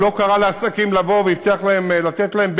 הוא לא קרא לעסקים לבוא והבטיח לתת להם,